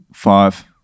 five